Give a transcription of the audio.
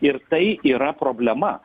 ir tai yra problema